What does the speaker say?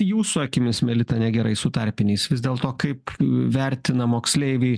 jūsų akimis melita negerai su tarpiniais vis dėlto kaip vertina moksleiviai